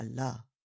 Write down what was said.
Allah